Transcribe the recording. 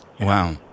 wow